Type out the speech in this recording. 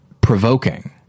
provoking